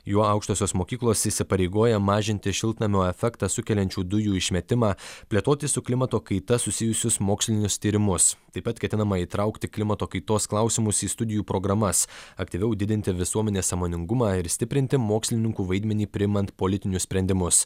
jų aukštosios mokyklos įsipareigoja mažinti šiltnamio efektą sukeliančių dujų išmetimą plėtoti su klimato kaita susijusius mokslinius tyrimus taip pat ketinama įtraukti klimato kaitos klausimus į studijų programas aktyviau didinti visuomenės sąmoningumą ir stiprinti mokslininkų vaidmenį priimant politinius sprendimus